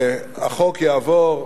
החוק יעבור,